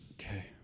Okay